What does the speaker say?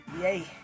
Yay